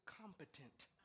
competent